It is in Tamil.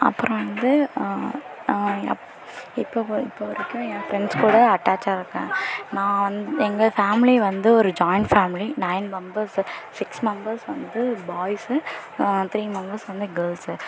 அப்புறம் வந்து இப்போ இப்போ வரைக்கும் என் ஃப்ரெண்ட்ஸ் கூட அட்டாச்சாக இருக்கேன் நான் வந்து எங்கள் ஃபேமிலி வந்து ஒரு join family nine members six members வந்து பாயிஸு த்ரீ மெம்பெர்ஸ் வந்து கேர்ள்ஸு